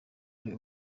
ari